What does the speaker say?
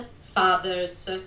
fathers